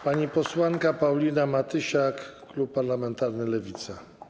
Pani posłanka Paulina Matysiak, klub parlamentarny Lewica.